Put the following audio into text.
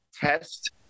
test